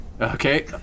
Okay